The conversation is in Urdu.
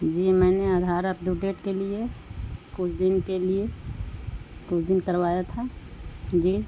جی میں نے آدھار اپڈو ڈیٹ کے لیے کچھ دن کے لیے کچھ دن کروایا تھا جی